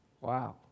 Wow